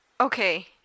Okay